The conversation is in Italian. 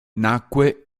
nacque